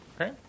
Okay